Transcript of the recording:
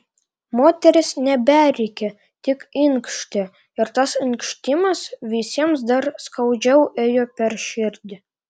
moteris neberėkė tik inkštė ir tas inkštimas visiems dar skaudžiau ėjo per širdį